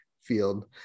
field